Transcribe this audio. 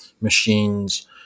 machines